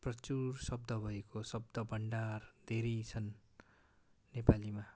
प्रचुर शब्द भएको शब्द भन्डार धेरै छन् नेपालीमा